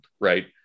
right